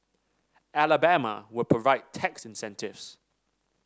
Alabama will provide tax incentives